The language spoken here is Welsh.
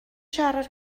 siarad